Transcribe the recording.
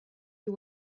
you